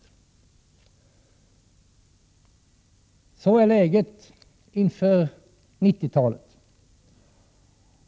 Detta är läget inför 90-talet.